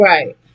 Right